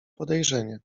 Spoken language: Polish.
podejrzenie